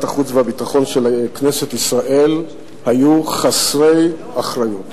החוץ והביטחון של כנסת ישראל היו חסרי אחריות.